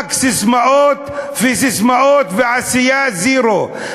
רק ססמאות וססמאות, ועשייה, זירו.